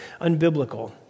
unbiblical